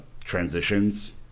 transitions